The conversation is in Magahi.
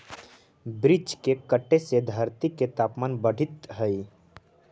वृक्ष के कटे से धरती के तपमान बढ़ित हइ